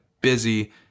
busy